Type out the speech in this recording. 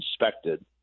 inspected